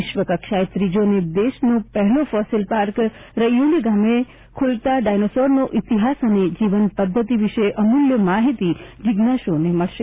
વિશ્વક્ષાએ ત્રીજો અને દેશનો પહેલો ફોસિલ પાર્ક રૈયોલી ગામે ખુલતા ડાયનાસોરનો ઇતિહાસ અને જીવન પદ્ધતિ વિશે અમૂલ્ય માહિતી જિજ્ઞાસુઓને મળશે